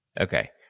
Okay